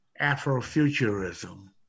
Afrofuturism